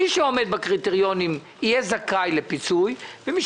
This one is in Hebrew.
מי שעומד בקריטריונים יהיה זכאי לפיצוי ומי